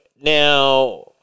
now